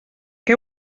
què